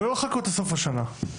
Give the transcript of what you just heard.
ולא לחכות לסוף השנה,